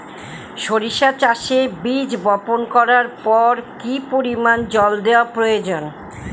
সরিষা চাষে বীজ বপন করবার পর কি পরিমাণ জল দেওয়া প্রয়োজন?